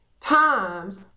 times